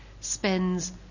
Spends